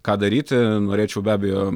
ką daryti norėčiau be abejo